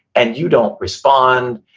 and you don't respond,